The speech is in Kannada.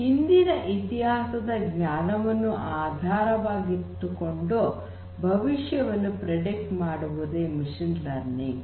ಹಿಂದಿನ ಇತಿಹಾಸದ ಜ್ಞಾನವನ್ನು ಆಧಾರವಾಗಿಟ್ಟುಕೊಂಡು ಭವಿಷ್ಯವನ್ನು ಪ್ರೆಡಿಕ್ಟ್ ಮಾಡುವುದೇ ಮಷೀನ್ ಲರ್ನಿಂಗ್